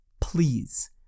please